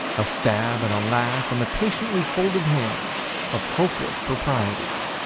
a stab and a laugh and the patiently folded hands of hopeless propriety.